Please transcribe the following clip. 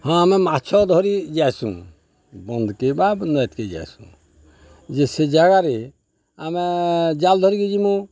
ହଁ ଆମେ ମାଛ ଧରି ଯଏସୁଁ ବନ୍ଧ୍କେ ବା ନଏଦ୍କେ ଯାଏସୁଁ ଯେ ସେ ଜାଗାରେ ଆମେ ଜାଲ୍ ଧରିକି ଯିମୁ